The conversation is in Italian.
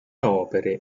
opere